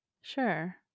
Sure